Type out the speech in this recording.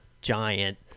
giant